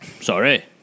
sorry